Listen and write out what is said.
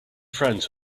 friends